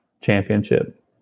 championship